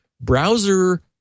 browser